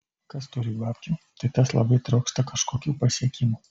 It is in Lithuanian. kas turi babkių tai tas labai trokšta kažkokių pasiekimų